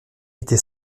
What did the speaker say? était